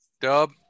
Dub